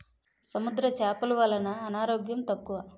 సముద్ర చేపలు వలన అనారోగ్యం తక్కువ